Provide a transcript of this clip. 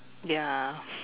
ya